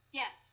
yes